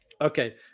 Okay